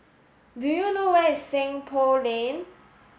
do you know where is Seng Poh Lane